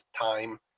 time